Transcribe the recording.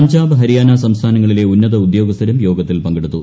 പഞ്ചാബ് ഹരിയാന സംസ്ഥാനങ്ങളിലെ ഉന്നത ഉദ്യോഗസ്ഥരും യോഗത്തിൽ പങ്കെടുത്തു